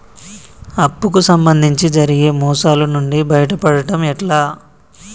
అప్పు కు సంబంధించి జరిగే మోసాలు నుండి బయటపడడం ఎట్లా?